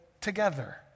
together